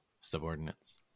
subordinates